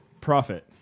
Profit